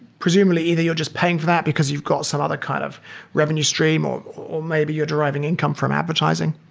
presumably, either you're just paying for that because you've got some other kind of revenue stream or or maybe you're deriving income from advertising.